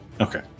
Okay